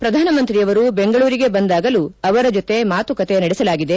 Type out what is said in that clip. ಪ್ರಧಾನಿಯವರು ಬೆಂಗಳೂರಿಗೆ ಬಂದಾಗಲೂ ಅವರ ಜೊತೆ ಮಾತುಕತೆ ನಡೆಸಲಾಗಿದೆ